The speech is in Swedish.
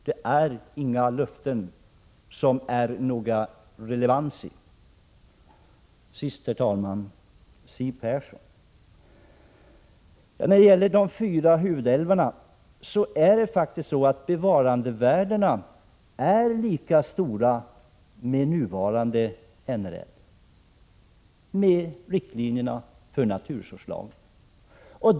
Det finns ingen relevans i talet om några löften. Till Siw Persson: När det gäller de fyra huvudälvarna är bevarandevärdena lika stora med nuvarande NRL och med riktlinjerna för naturresurslagen.